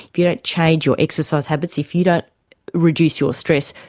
if you don't change your exercise habits, if you don't reduce your stress,